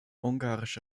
ungarische